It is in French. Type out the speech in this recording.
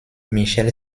michel